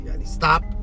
Stop